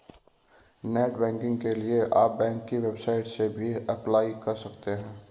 net banking के लिए आप बैंक की वेबसाइट से भी अप्लाई कर सकते है